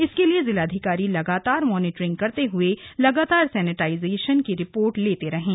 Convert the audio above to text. इसके लिए जिलाधिकारी लगातार मॉनिटरिंग करते हए लगातार सैनेटाईजेशन की रिपोर्ट लेते रहें